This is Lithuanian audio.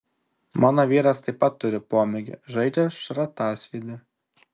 mano vyras taip pat turi pomėgį žaidžia šratasvydį